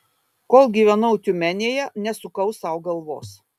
kol gyvenau tiumenėje nesukau sau galvos